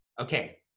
Okay